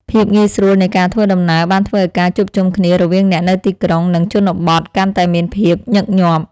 ភាពងាយស្រួលនៃការធ្វើដំណើរបានធ្វើឱ្យការជួបជុំគ្នារវាងអ្នកនៅទីក្រុង និងជនបទកាន់តែមានភាពញឹកញាប់។